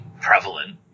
prevalent